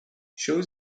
shows